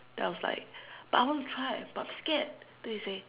then I was like but I want to try but scared then they say